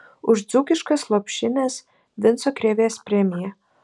už dzūkiškas lopšines vinco krėvės premija